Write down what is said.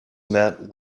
met